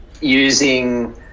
using